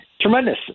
tremendous